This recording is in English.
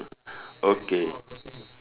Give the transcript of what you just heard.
okay